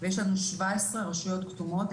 יש לנו 17 רשויות כתומות.